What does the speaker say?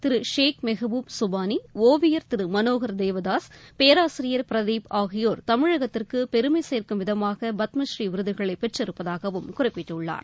திரு ஷேக் மெகபூப் சுபானி ஒவியர் திரு மனோகர் தேவதாஸ் பேராசிரியர் பிரதீப் ஆகியோர் தமிழகத்திற்கு பெருமை சேர்க்கும் விதமாக பத்மபூரீ விருதுகளை பெற்றிருப்பதாகவும் குறிப்பிட்டுள்ளார்